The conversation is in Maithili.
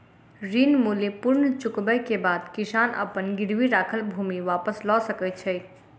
ऋण मूल्य पूर्ण चुकबै के बाद किसान अपन गिरवी राखल भूमि वापस लअ सकै छै